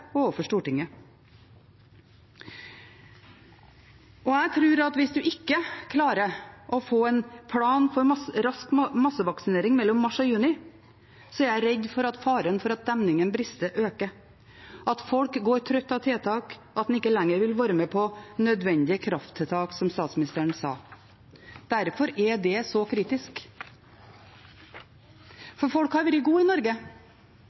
og overfor Stortinget. Hvis en ikke klarer å få en plan for rask massevaksinering mellom mars og juni, er jeg redd for at faren for at demningen brister, øker, at folk går trett av tiltak, og at en ikke lenger vil være med på nødvendige krafttiltak, som statsministeren sa. Derfor er det så kritisk. For folk har vært gode i Norge;